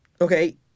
Okay